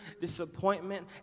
disappointment